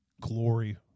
glory